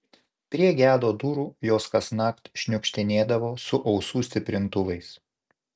prie gedo durų jos kasnakt šniukštinėdavo su ausų stiprintuvais